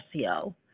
SEO